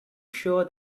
sure